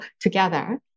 together